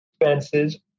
expenses